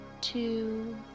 two